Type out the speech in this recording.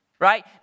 right